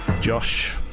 Josh